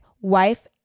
wife